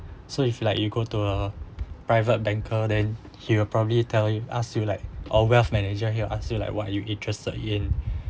so if like you go to a private banker then he will probably tell you ask you like or wealth manager he'll ask you like what you interested in